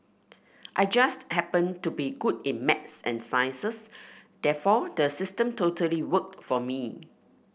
I just happened to be good in maths and sciences therefore the system totally worked for me